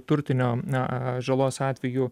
turtinio na žalos atvejų